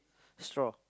straw